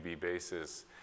basis